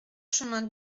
chemin